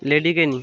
লেডিকেনি